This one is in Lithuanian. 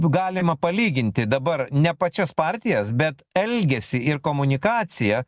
galima palyginti dabar ne pačias partijas bet elgesį ir komunikaciją